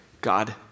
God